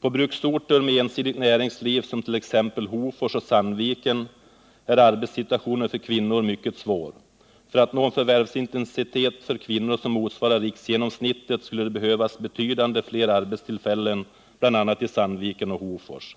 På bruksorter med ensidigt näringsliv som t.ex. Hofors och Sandviken är arbetssituationen för kvinnor mycket svår. För att nå en förvärvsintensitet för kvinnor som motsvarar riksgenomsnittet skulle det behövas betydligt fler arbetstillfällen i Sandviken och Hofors.